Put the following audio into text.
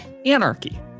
anarchy